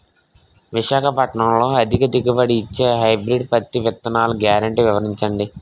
విశాఖపట్నంలో అధిక దిగుబడి ఇచ్చే హైబ్రిడ్ పత్తి విత్తనాలు గ్యారంటీ వివరించండి?